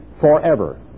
forever